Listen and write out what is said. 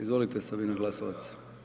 Izvolite Sabina Glasovac.